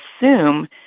assume